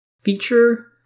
feature